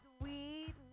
sweet